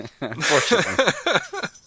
Unfortunately